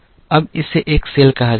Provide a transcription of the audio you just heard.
अब इसे एक सेल कहा जाता है